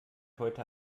heute